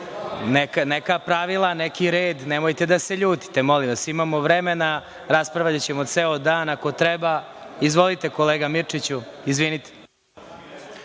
neka pravila, neki red, nemojte da se ljutite, molim vas, imamo vremena , i raspravljaćemo ceo dan ako treba. Izvolite kolega Mirčiću. **Milorad